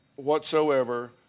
whatsoever